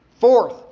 Fourth